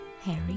Harry